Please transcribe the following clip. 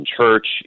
church